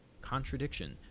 contradiction